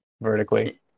vertically